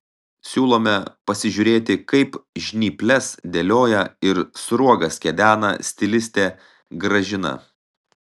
siūlome pasižiūrėti kaip žnyples dėlioja ir sruogas kedena stilistė gražina